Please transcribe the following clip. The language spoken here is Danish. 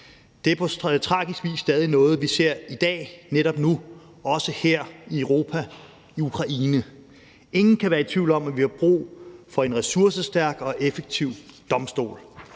Det er på tragisk vis stadig noget, vi ser i dag, netop nu også her i Europa, i Ukraine. Ingen kan være i tvivl om, at vi har brug for en ressourcestærk og effektiv domstol.